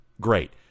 great